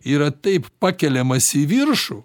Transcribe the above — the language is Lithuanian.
yra taip pakeliamas į viršų